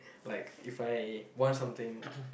like If I want something